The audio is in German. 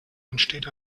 entsteht